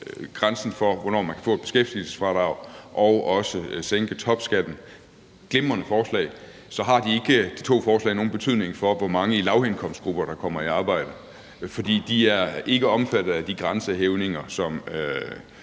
grænsen for, hvornår man kan få et beskæftigelsesfradrag, og om at sænke topskatten – glimrende forslag – så har de to forslag ikke nogen betydning for, hvor mange i lavindkomstgrupper der kommer i arbejde; for de er ikke omfattet af de grænsehævninger, som